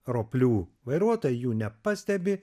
roplių vairuotojai jų nepastebi